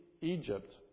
Egypt